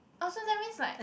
oh so that means like